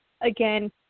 again